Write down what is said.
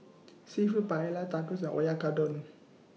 Seafood Paella Tacos and Oyakodon